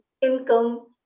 income